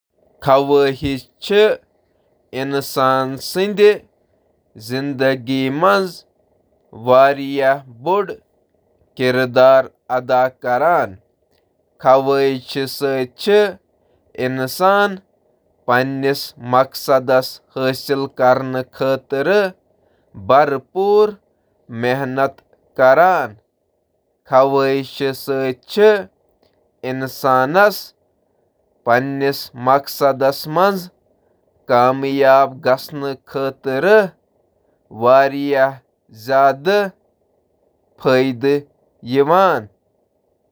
زِنٛدگی تہٕ کامہِ منٛز ہیٚکہِ عزائم تُہُنٛد ٹربو چارجر ٲسِتھ۔ یہِ چُھ تۄہہِ رُکاوٹَن پٮ۪ٹھ قابو کَرنُک، توقیٖدَن پٮ۪ٹھ پَتہٕ ترٛاونُک تہٕ پنٛنِس پوٗرٕ صلٲح تَمِہ کِنۍ کٔرِو پَنٕنۍ عزائم رٔٹِتھ، غٲر رسٲیی مقصد مُقرر کٔرِو، تہٕ عزم تہٕ عزمَس سۭتۍ کٔرِو تِمَن پ